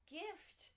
gift